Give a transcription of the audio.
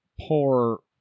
poor